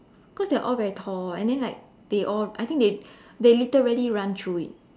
cause they all very tall and then like they all I think they they literally run through it